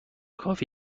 کافی